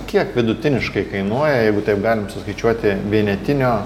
kiek vidutiniškai kainuoja jeigu taip galim suskaičiuoti vienetinio